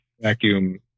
vacuum